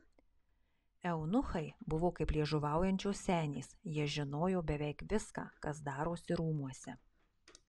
eunuchai buvo kaip liežuvaujančios senės jie žinojo beveik viską kas darosi rūmuose